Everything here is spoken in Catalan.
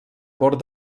bord